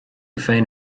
féin